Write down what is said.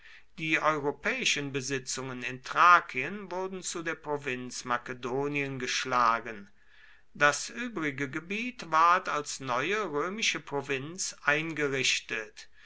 die europäischen besitzungen in thrakien wurden zu der provinz makedonien geschlagen das übrige gebiet ward als neue römische provinz eingerichtet